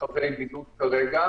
חבי בידוד כרגע